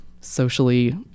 socially